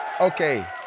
okay